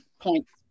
points